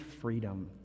freedom